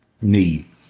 need